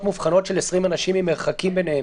מובחנות של 20 אנשים עם מרחקים ביניהם?